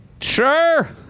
Sure